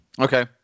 okay